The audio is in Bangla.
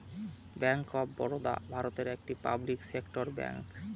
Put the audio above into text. ব্যাঙ্ক অফ বরোদা ভারতের একটি পাবলিক সেক্টর ব্যাঙ্ক